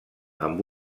amb